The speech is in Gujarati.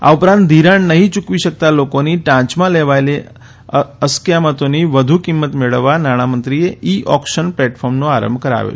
આ ઉપરાંત ધિરાણ નહી યુકવી શકતા લોકોની ટાંચમાં લેવાયેલી અસ્કયામતોની વધુ કિંમત મેળવવા નાણામંત્રીએ ઇ ઓકશન પ્લેટફોર્મનો આરંભ કરાવ્યો